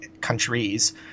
countries